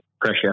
pressure